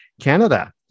Canada